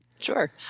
Sure